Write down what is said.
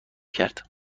کرد